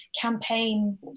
campaign